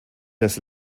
das